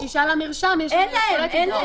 אין להם.